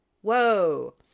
Whoa